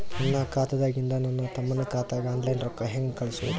ನನ್ನ ಖಾತಾದಾಗಿಂದ ನನ್ನ ತಮ್ಮನ ಖಾತಾಗ ಆನ್ಲೈನ್ ರೊಕ್ಕ ಹೇಂಗ ಕಳಸೋದು?